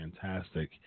fantastic